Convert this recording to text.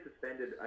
suspended